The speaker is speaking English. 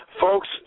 Folks